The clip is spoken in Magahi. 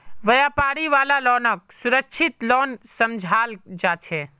व्यापारी वाला लोनक सुरक्षित लोन समझाल जा छे